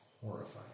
horrifying